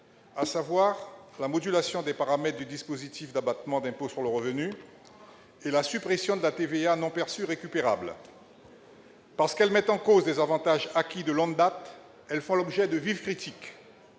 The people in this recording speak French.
mesures : la modulation des paramètres du dispositif d'abattement d'impôt sur le revenu ; la suppression de la TVA « non perçue récupérable ». Parce qu'elles mettent en cause des avantages acquis de longue date, ces décisions font l'objet de vives critiques.